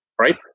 Right